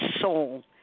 soul